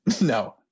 No